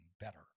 better